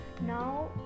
now